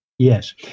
Yes